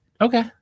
Okay